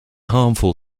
harmful